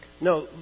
No